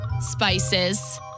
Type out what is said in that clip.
spices